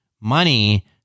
money